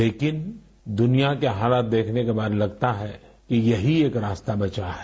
लेकिन दुनिया के हालात देखने के बाद लगता है कि यही एक रास्ता बचा है